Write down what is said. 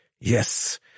Yes